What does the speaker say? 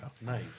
Nice